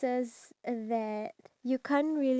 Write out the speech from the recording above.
what is it called